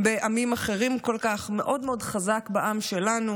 בעמים אחרים כל כך, ומאוד מאוד חזק בעם שלנו.